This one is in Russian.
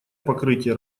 покрытия